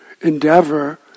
endeavor